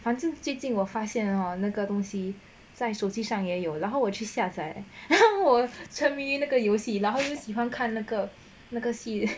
反正最近我发现 hor 那个东西在手机上也有然后我去下载我陈明那个游戏又喜欢看那个那个戏